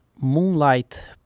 Moonlight